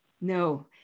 No